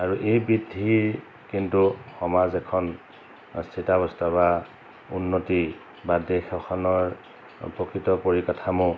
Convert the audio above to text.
আৰু এই বৃদ্ধি কিন্তু সমাজ এখন স্থিতাৱস্থা বা উন্নতি বা দেশ এখনৰ প্ৰকৃত পৰিকথামসমূহ